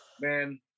man